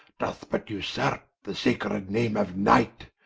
doth but vsurpe the sacred name of knight,